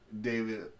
David